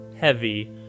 heavy